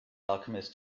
alchemist